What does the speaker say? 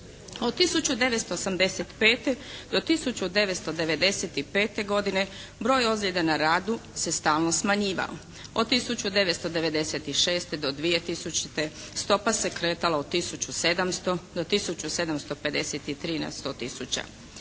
Od 1985. do 1995. godine broj ozljeda na radu se stalno smanjivao. Od 1996. do 2000. stopa se kretala od tisuću 700 do tisuću 753 na 100